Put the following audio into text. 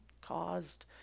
caused